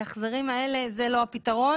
ההחזרים האלה הם לא הפתרון,